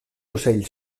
ocell